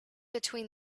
between